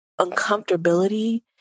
uncomfortability